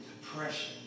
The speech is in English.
depression